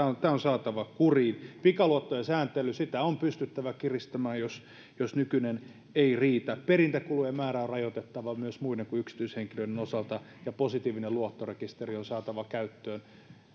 saatava kuriin pikaluottojen sääntelyä on pystyttävä kiristämään jos jos nykyinen ei riitä perintäkulujen määrää on rajoitettava myös muiden kuin yksityishenkilöiden osalta ja positiivinen luottorekisteri on saatava käyttöön